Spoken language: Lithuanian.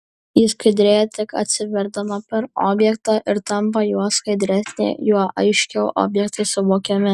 ji skaidrėja tik atsiverdama per objektą ir tampa juo skaidresnė juo aiškiau objektai suvokiami